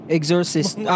Exorcist